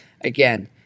Again